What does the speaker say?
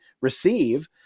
receive